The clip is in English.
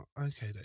okay